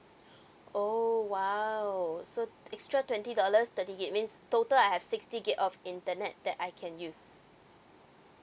oh !wow! so extra twenty dollars thirty gig means total I have sixty gig of internet that I can use